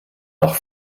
auch